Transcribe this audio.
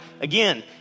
Again